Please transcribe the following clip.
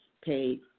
paid